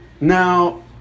Now